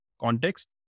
context